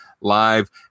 live